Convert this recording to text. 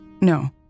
No